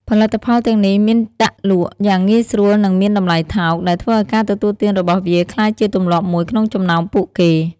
ផលិតផលទាំងនេះមានដាក់លក់យ៉ាងងាយស្រួលនិងមានតម្លៃថោក ដែលធ្វើឱ្យការទទួលទានរបស់វាក្លាយជាទម្លាប់មួយក្នុងចំណោមពួកគេ។